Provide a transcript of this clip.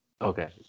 Okay